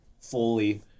fully